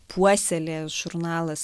puoselėjęs žurnalas